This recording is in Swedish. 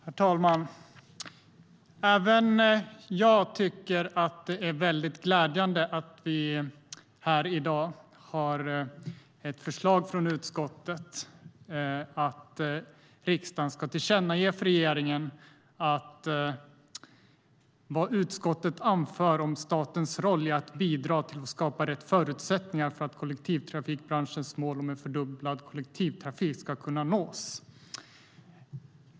Herr talman! Även jag tycker att det är väldigt glädjande att vi i dag har ett förslag från utskottet om att riksdagen ska tillkännage för regeringen vad utskottet anför om statens roll i att bidra till att skapa rätt förutsättningar för att kollektivtrafikbranschens mål om en fördubblad kollektivtrafik ska kunna nås.